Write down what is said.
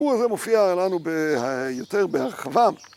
‫האירוע הזה מופיע לנו יותר בהרחבה.